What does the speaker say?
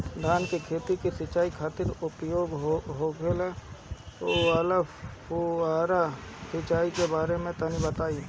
धान के खेत की सिंचाई खातिर उपयोग होखे वाला फुहारा सिंचाई के बारे में तनि बताई?